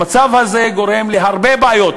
המצב הזה גורם להרבה בעיות.